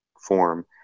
form